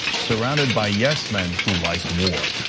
surrounded by yes men who like war?